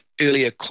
earlier